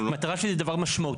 המטרה שלי זה דבר משמעותי.